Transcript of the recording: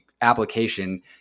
application